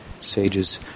sages